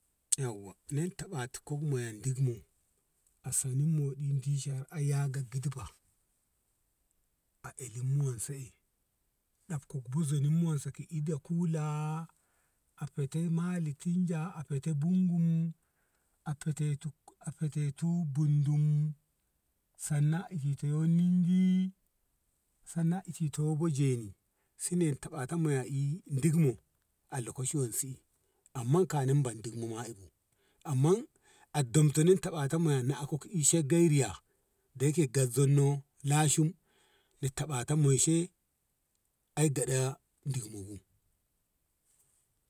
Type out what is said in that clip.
Yauwa ni tabatin yeman dukmo a senu moɗi dishe har har a yaga gitba a elin mu wanse dabku buzu eh ki ida kula a fete mali tinja a fete bumgum a fate a fatetu bundum sannan ihotu ningi sannan a ihoto jeni sannan a fatatan ma`i duk mo a lokaci wansi i amma kani bandi ma iko amman an damtono taɓaton mayano na ako ishe gairiya dayya ke gazzanno lashim ni taɓaton menshe ai daɗa dumo bu.